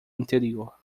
anterior